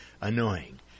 annoying